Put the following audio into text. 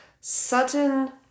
sudden